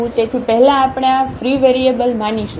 તેથી પહેલા આપણે આ ફ્રી વેરિયેબલ માનીશું